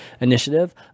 initiative